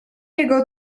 jego